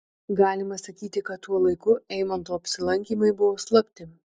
galima sakyti kad tuo laiku eimanto apsilankymai buvo slapti